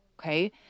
Okay